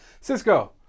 Cisco